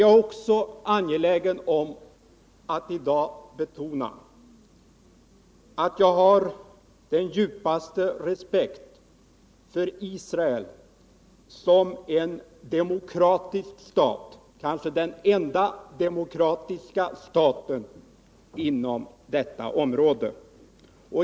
Jag är också angelägen om att betona att jag har den djupaste respekt för Israel som en demokratisk stat, den enda demokratiska staten inom detta område.